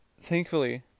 Thankfully